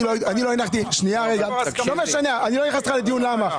אני לא נכנס איתך לדיון למה.